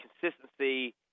consistency